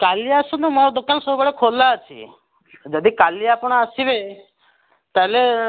କାଲି ଆସନ୍ତୁ ମୋ ଦୋକାନ ସବୁବେଳେ ଖୋଲା ଅଛି ଯଦି କାଲି ଆପଣ ଆସିବେ ତା'ହେଲେ